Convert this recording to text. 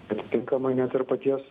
atitinkamai net ir paties